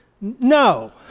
no